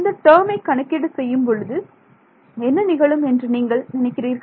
இந்த டேர்மை கணக்கீடு செய்யும் பொழுது என்ன நிகழும் என்று நீங்கள் நினைக்கிறீர்கள்